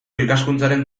ikaskuntzaren